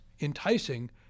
enticing